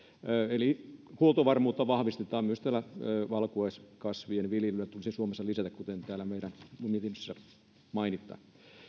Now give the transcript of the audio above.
eli huoltovarmuutta vahvistetaan ja myös valkuaiskasvien viljelyä tulisi suomessa lisätä kuten täällä meidän mietinnössä mainitaan